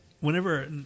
whenever